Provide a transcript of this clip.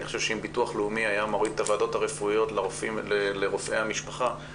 אני חושב שאם ביטוח לאומי היה מוריד את הוועדות הרפואיות לרופאי המשפחה,